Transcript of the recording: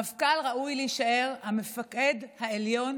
המפכ"ל ראוי להישאר המפקד העליון,